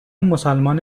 مسلمان